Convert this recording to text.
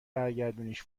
برگردونیش